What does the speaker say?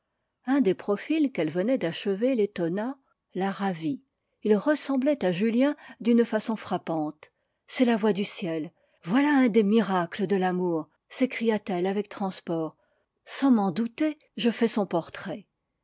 un des profils qu'elle venait d'achever l'étonna la ravit il ressemblait à julien d'une façon frappante c'est la voix du ciel voilà un des miracles de l'amour s'écria-t-elle avec transport sans m'en douter je fais son portrait